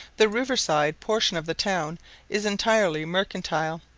the river-side portion of the town is entirely mercantile.